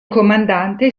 comandante